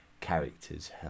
characters